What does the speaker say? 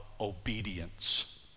obedience